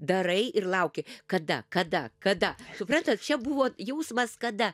darai ir lauki kada kada kada suprantat čia buvo jausmas kada